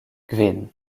kvin